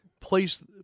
place